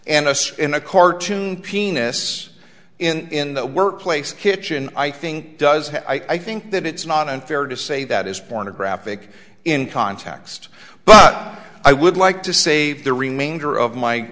and us in a cartoon penis in the workplace kitchen i think does have i think that it's not unfair to say that is pornographic in context but i would like to save the remainder of my